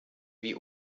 wie